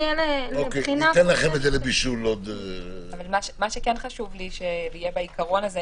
מה שכן חשוב לי שיהיה בעיקרון הזה,